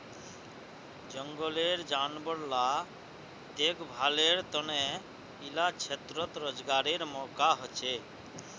जनगलेर जानवर ला देख्भालेर तने इला क्षेत्रोत रोज्गारेर मौक़ा होछे